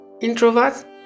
introvert